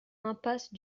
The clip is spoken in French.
impasse